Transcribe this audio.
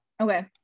Okay